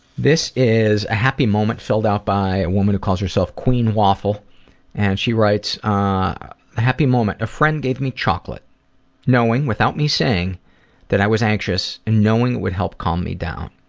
this is a happy moment filled out by a woman who calls herself queen waffle and she writes, ah a happy moment. a friend gave me chocolate knowing without me saying that i was anxious. and knowing it would help calm me down.